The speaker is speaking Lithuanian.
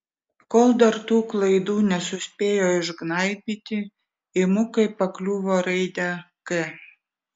kol dar tų klaidų nesuspėjo išgnaibyti imu kaip pakliuvo raidę k